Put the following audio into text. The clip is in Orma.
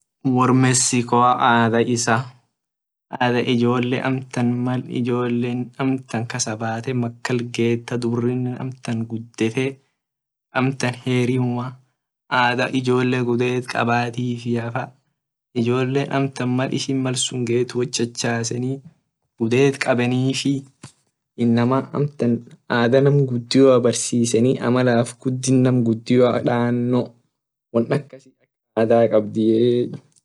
Wor mexico adha isa adha ijole mal amtan kasabate makal get ta dubrine amtan gudete amtan hirimuma adha ijole guded kabatiafa ijole amtan mal ishin mal sune get wot chachaseni guded kabenifi inama amtan adha nam gudio barsiseni ak nam gudio tano won ak adha kabdii.